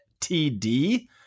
TD